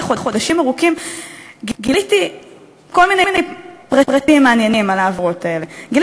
ובדקו וחיפשו מי הן העמותות האלה, וגילו